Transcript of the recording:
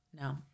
No